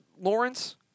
Lawrence